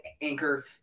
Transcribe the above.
Anchor